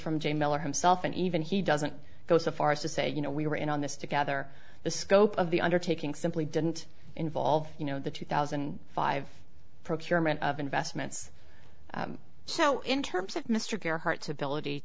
from j miller himself and even he doesn't go so far as to say you know we were in on this together the scope of the undertaking simply didn't involve you know the two thousand and five procurement of investments so in terms of mr gearhart to ability